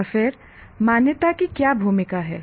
और फिर मान्यता की क्या भूमिका है